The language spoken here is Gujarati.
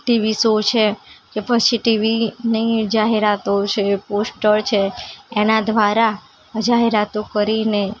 ટીવી શૉ છે કે પછી ટીવીની જાહેરાતો છે પોસ્ટર છે એનાં દ્વારા જાહેરાતો કરીને